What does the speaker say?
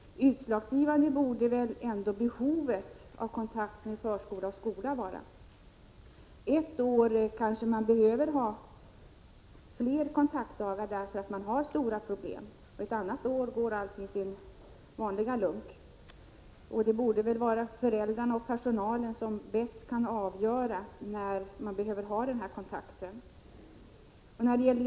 Utslagsgivande borde ändå vara behovet av kontakt förskola-skola. Ett år behövs kanske fler kontaktdagar därför att man har stora problem. Ett annat år går allt sin vanliga lunk. Föräldrarna och personalen borde väl bäst kunna avgöra när kontakt behövs.